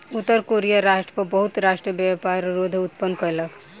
उत्तर कोरिया राष्ट्र पर बहुत राष्ट्र व्यापार रोध उत्पन्न कयलक